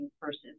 versus